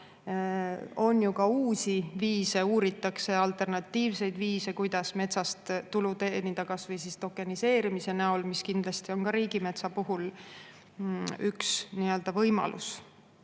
On ju ka uusi viise, uuritakse alternatiivseid viise, kuidas metsast tulu teenida, kas või tokeniseerimise näol, mis kindlasti on ka riigimetsa puhul üks võimalus.